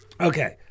Okay